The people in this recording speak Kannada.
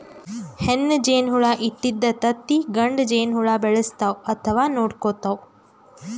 ಹೆಣ್ಣ್ ಜೇನಹುಳ ಇಟ್ಟಿದ್ದ್ ತತ್ತಿ ಗಂಡ ಜೇನಹುಳ ಬೆಳೆಸ್ತಾವ್ ಅಥವಾ ನೋಡ್ಕೊತಾವ್